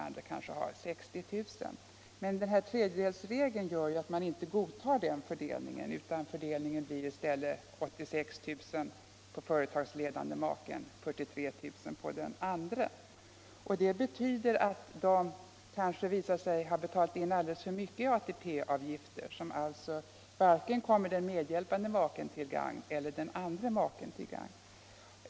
och den andres 60 000, men tredjedelsregeln gör ju att den fördelningen inte godtas, utan det blir i stället 86 000 kr. för den företagsledande maken och 43 000 kr. för den andre. Ibland visar det sig att man har betalat in alldeles för mycket i ATP-avgifter, som alltså varken kommer den medhjälpande maken eller den andre maken till gagn.